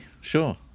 sure